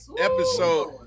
episode